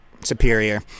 superior